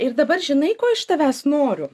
ir dabar žinai ko iš tavęs noriu